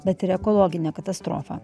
bet ir ekologinę katastrofą